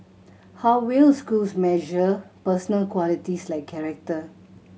how will schools measure personal qualities like character